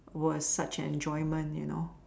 was such an enjoyment you know